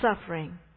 suffering